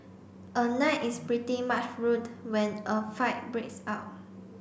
a night is pretty much ruined when a fight breaks out